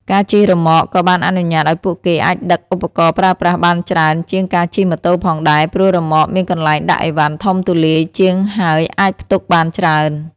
ការជិះរ៉ឺម៉កក៏បានអនុញ្ញាតឱ្យពួកគេអាចដឹកឧបករណ៍ប្រើប្រាស់បានច្រើនជាងការជិះម៉ូតូផងដែរ ព្រោះរ៉ឺម៉កមានកន្លែងដាក់ឥវ៉ាន់ធំទូលាយជាង ហើយអាចផ្ទុកបានច្រើន។